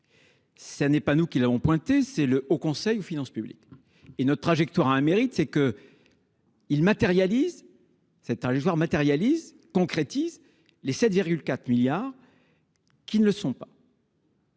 Ça n'est pas nous qui l'avons pointé c'est le Haut conseil aux finances publiques et notre trajectoire a un mérite c'est que. Il matérialise cette voir matérialise concrétise les 7, 4 milliards. Qui ne le sont pas.